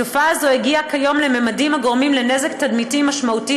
תופעה זו הגיעה כיום לממדים הגורמים נזק תדמיתי משמעותי